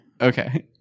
Okay